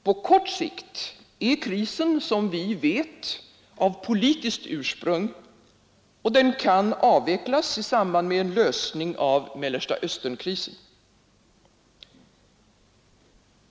På kort sikt är krisen, som vi vet, av politiskt ursprung och kan avvecklas i samband med en lösning av Mellerstaösternkrisen.